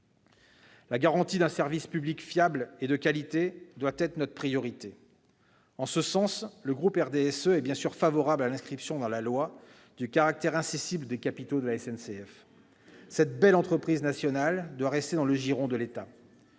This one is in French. La garantie d'un service public fiable et de qualité doit être notre priorité. En ce sens, le groupe du RDSE est bien évidemment favorable à l'inscription dans la loi du caractère incessible des capitaux de la SNCF ; cette belle entreprise nationale doit rester dans le giron de l'État